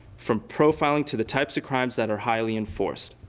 from profiling to the types of crimes that are highly enforced.